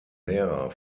lehrer